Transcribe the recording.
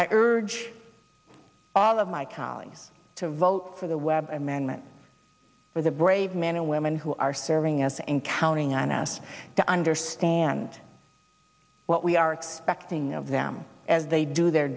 i urge all of my colleagues to vote for the webb amendment for the brave men and women who are serving us and counting on us to understand what we are expecting of them as they do their